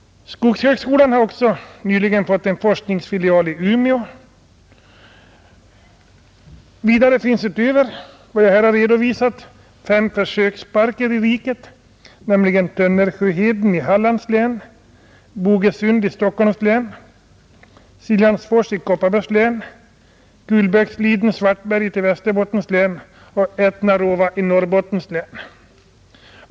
Skogshögskolan har också nyligen fått en forskningsfilial i Umeå. Vidare finns utöver vad jag här har redovisat fem försöksparker i riket, nämligen Tönnersjöheden i Hallands län, Bogesund i Stockholms län, Siljansfors i Kopparbergs län, Kulbäcksliden-Svartberget i Västerbottens län och Ätnarova i Norrbottens län.